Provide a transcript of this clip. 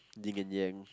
yin and yang